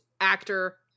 actor